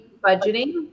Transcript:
budgeting